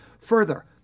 Further